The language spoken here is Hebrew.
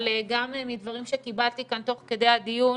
אבל גם מדברים שקיבלתי כאן תוך כדי הדיון,